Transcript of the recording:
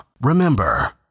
Remember